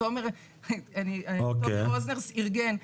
שתומר רוזנר אירגן.